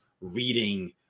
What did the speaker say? reading